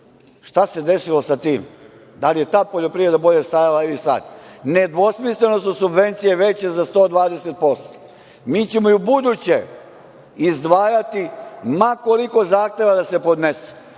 Šta se desilo sa tim? Da li je tad poljoprivreda bolje stajala ili sad? Nedvosmisleno su subvencije veće za 120%. Mi ćemo i u buduće izdvajati, ma koliko zahteva da se podnese.